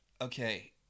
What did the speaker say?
Okay